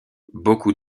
beaucoup